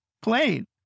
plane